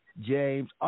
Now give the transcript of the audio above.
James